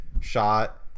shot